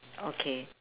okay